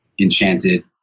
enchanted